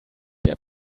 der